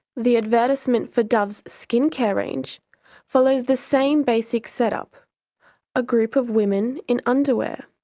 the advertisement for dove's skin-care range follows the same basic set up a group of women in underwear.